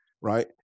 Right